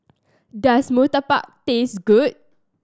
does murtabak taste good